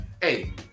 hey